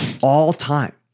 All-time